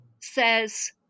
says